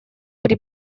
при